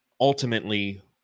ultimately